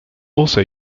also